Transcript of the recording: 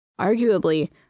Arguably